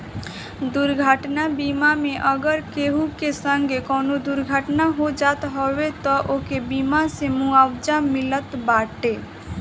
दुर्घटना बीमा मे अगर केहू के संगे कवनो दुर्घटना हो जात हवे तअ ओके बीमा से मुआवजा मिलत बाटे